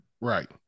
Right